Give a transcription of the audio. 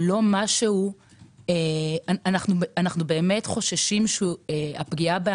אנחנו באמת חוששים שהפגיעה,